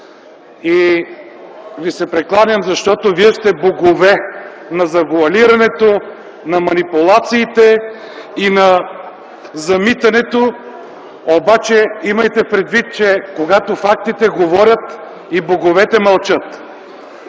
и Ви се прекланям, защото Вие сте богове на завоалирането, на манипулациите и на замитането. Обаче имайте предвид, че когато фактите говорят и боговете мълчат.